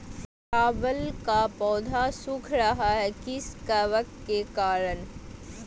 चावल का पौधा सुख रहा है किस कबक के करण?